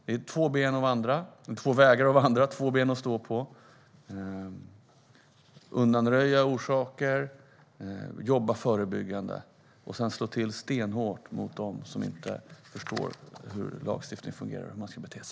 Det är alltså två vägar att vandra, två ben att stå på - att undanröja orsaker och jobba förebyggande och att sedan slå till stenhårt mot dem som inte förstår hur lagstiftningen fungerar och hur man ska bete sig.